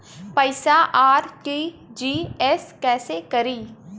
पैसा आर.टी.जी.एस कैसे करी?